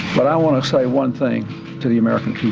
but i want to say one thing to the american